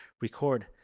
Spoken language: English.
record